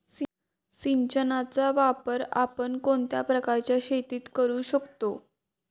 सिंचनाचा वापर आपण कोणत्या प्रकारच्या शेतीत करू शकतो?